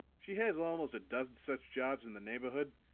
she has almost a dozen such jobs in the neighborhood,